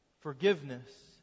forgiveness